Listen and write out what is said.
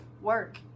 work